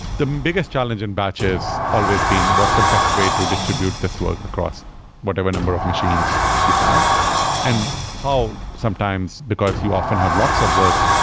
the biggest challenge in batches always been what's the best way to distribute this work across whatever number of machines you have and how sometimes because you often have lots of work,